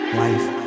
life